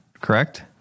correct